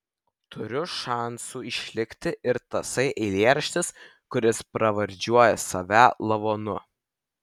turi šansų išlikti ir tasai eilėraštis kuris pravardžiuoja save lavonu